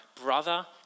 brother